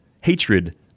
hatred—